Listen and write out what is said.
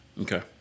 Okay